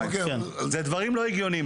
אוקיי, זה דברים לא הגיוניים.